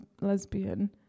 lesbian